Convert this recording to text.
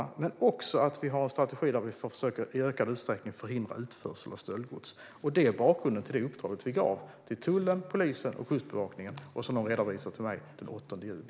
Vi har dessutom en strategi som innebär att vi i ökad utsträckning försöker förhindra utförsel av stöldgods. Detta är bakgrunden till det uppdrag som vi gav till tullen, polisen och Kustbevakningen och som de ska redovisa för mig den 8 juni.